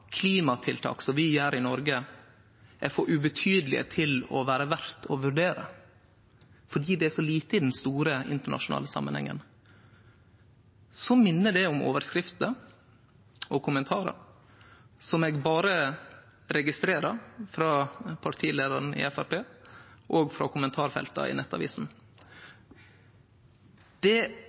klimatiltak som vi gjer i Noreg, er for ubetydelege til å vere verde å vurdere, fordi det er så lite i den store, internasjonale samanhengen, minner det om overskrifter og kommentarar som eg berre registrerer frå partileiaren i Framstegspartiet og kommentarfelta i Nettavisen. Det